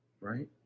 Right